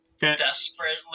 desperately